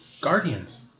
Guardians